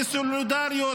לסולידריות,